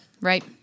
right